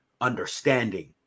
understanding